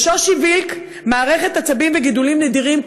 שושי וילק, מערכת עצבים וגידולים נדירים.